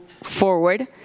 forward